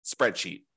spreadsheet